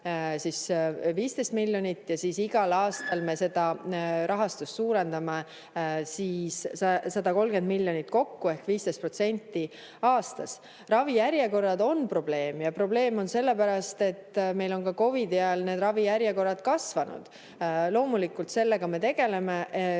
15 miljonit. Igal aastal me seda rahastust suurendame 130 miljonit kokku ehk 15% aastas. Ravijärjekorrad on probleem. Ja probleem on sellepärast, et meil on ka COVID-i ajal ravijärjekorrad kasvanud. Loomulikult sellega me tegeleme.